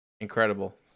incredible